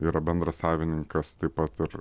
yra bendrasavininkas taip pat ir